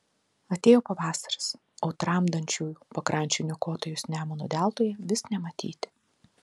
atėjo pavasaris o tramdančiųjų pakrančių niokotojus nemuno deltoje vis nematyti